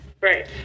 Right